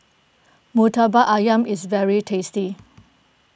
Murtabak Ayam is very tasty